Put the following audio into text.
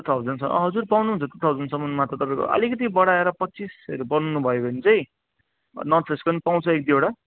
two thousand हजुर पाउनुहुन्छ two थाउजनसम्मनमा त तपाईँको अलिकति बढाएर पच्चिसहरू बनाउनु भयो भने चैँ नर्थ फेसको पनि पाउँछ एक दुईवटा